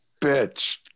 bitch